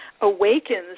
awakens